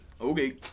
Okay